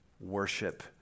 worship